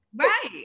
right